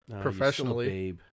professionally